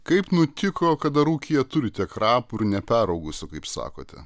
kaip nutiko kad dar ūkyje turite krapų ir neperaugusių kaip sakote